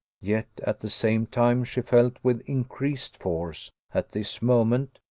yet at the same time she felt with increased force, at this moment,